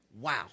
Wow